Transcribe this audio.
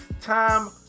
time